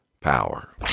power